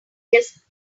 just